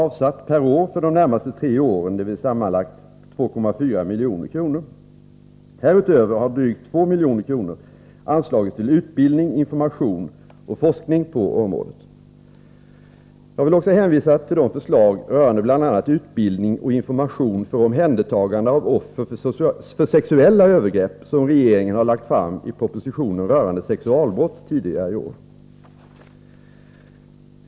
avsatts per år för de närmaste tre åren, dvs. sammanlagt 2,4 milj.kr. Härutöver har drygt 2 milj.kr. anslagits till utbildning, information och forskning på området. Jag vill också hänvisa till de förslag rörande bl.a. utbildning och information för omhändertagande av offer för sexuella övergrepp som regeringen har lagt fram i propositionen rörande sexualbrott tidigare i år.